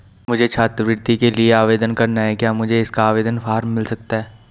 मुझे छात्रवृत्ति के लिए आवेदन करना है क्या मुझे इसका आवेदन फॉर्म मिल सकता है?